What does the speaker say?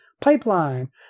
Pipeline